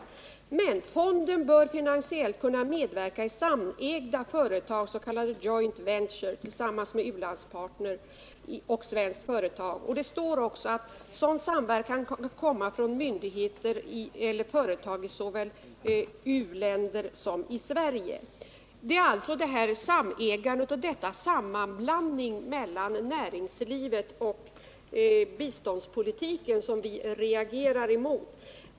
I utskottsbetänkandet sägs att fonden finansiellt bör kunna medverka i samägda företag, s.k. joint ventures, tillsammans med u-landspartner och svenskt företag samt att förslag om sådan samverkan kan komma från myndighet eller företag såväl i u-länder som i Sverige. Det är alltså detta samägande och denna sammanblandning av näringsliv och biståndspolitik som vi reagerar emot.